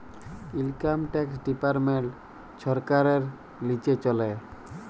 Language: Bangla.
ইলকাম ট্যাক্স ডিপার্টমেল্ট ছরকারের লিচে চলে